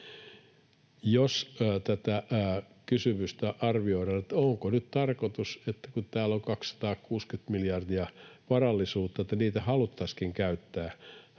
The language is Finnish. jos tätä kysymystä arvioidaan, onko nyt tarkoitus, että kun täällä on 260 miljardia varallisuutta, niin niitä haluttaisiinkin käyttää